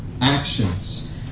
actions